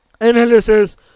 analysis